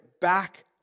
back